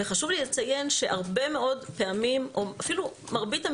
וחשוב לי לציין שבמרבית המקרים אנחנו